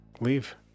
leave